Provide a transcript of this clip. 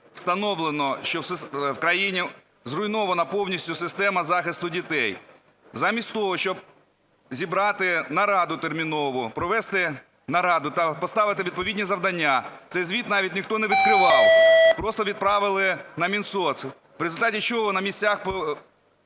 встановлено, що в країні зруйнована повністю система захисту дітей. Замість того, щоб зібрати нараду термінову, провести нараду та поставити відповідні завдання, цей звіт навіть ніхто не відкривав, просто відправили на Мінсоц. В результаті чого на місцях